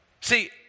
See